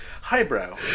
highbrow